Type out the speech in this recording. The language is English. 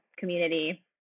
community